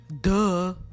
duh